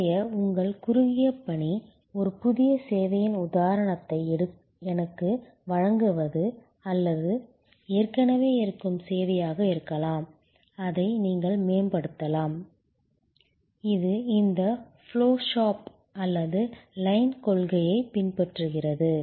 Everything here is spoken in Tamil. இன்றைய உங்கள் குறுகிய பணி ஒரு புதிய சேவையின் உதாரணத்தை எனக்கு வழங்குவது அல்லது ஏற்கனவே இருக்கும் சேவையாக இருக்கலாம் அதை நீங்கள் மேம்படுத்தலாம் இது இந்த ஃப்ளோ ஷாப் அல்லது லைன் கொள்கையைப் பின்பற்றுகிறது